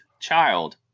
child